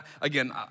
again